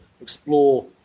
explore